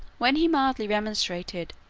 when he mildly remonstrated,